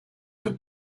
für